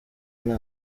iyihe